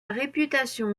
réputation